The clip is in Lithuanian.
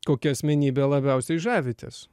kokia asmenybe labiausiai žavitės